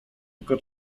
tylko